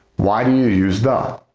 why do you use the?